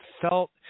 felt